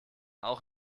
auch